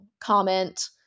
comment